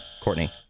Courtney